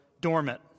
dormant